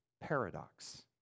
paradox